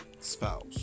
spouse